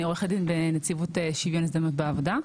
אני עורכת דין בנציבות שוויון הזדמנויות בעבודה,